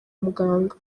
muganga